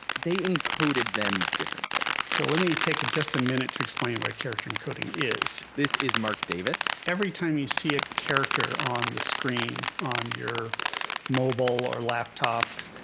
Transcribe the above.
they included them differently so let me take just a minute to explain what a character encoding is this is mark davis every time you see a character on the screen, on your mobile or laptop,